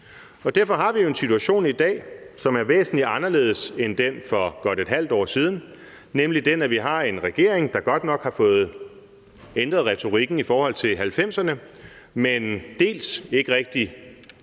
Derfor har vi jo en situation i dag, som er væsentlig anderledes end situationen for godt et halvt år siden, nemlig den, at vi har en regering, der godt nok har ændret retorikken i forhold til 1990'erne, men som ikke rigtig har